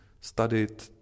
studied